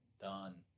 Done